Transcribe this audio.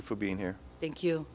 you for being here thank you